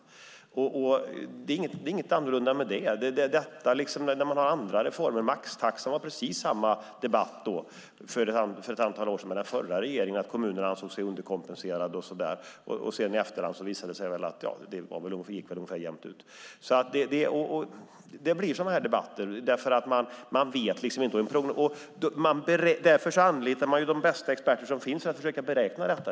Det är inget annorlunda med det här. Det är likadant när man genomför andra reformer. Det var precis samma debatt om maxtaxan för ett antal år sedan med den förra regeringen, att kommunerna ansåg sig underkompenserade. I efterhand visade det sig att det gick ungefär jämnt ut. Det blir sådana här debatter eftersom man inte vet hur det slår ut. Därför anlitar man de bästa experter som finns för att försöka beräkna detta.